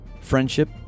friendship